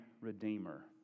redeemer